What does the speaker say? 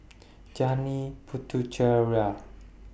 Janil Puthucheary